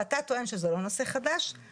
משום שאתה הכנסת שינויים בחוק,